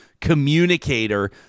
communicator